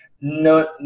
no